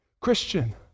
Christian